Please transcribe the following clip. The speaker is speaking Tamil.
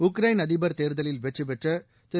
உக்ரைன் அதிபர் தேர்தலில் வெற்றி பெற்ற திரு